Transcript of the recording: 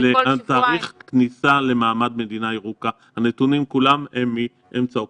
תאריך כניסה למעמד מדינה ירוקה - הנתונים כולם הם מאמצע אוקטובר.